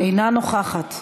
אינה נוכחת,.